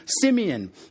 Simeon